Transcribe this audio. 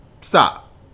Stop